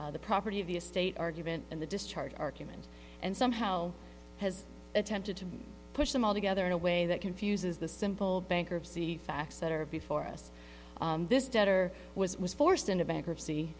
the property of the estate argument and the discharge argument and somehow has attempted to push them all together in a way that confuses the simple bankruptcy facts that are before us this debtor was was forced into bankruptcy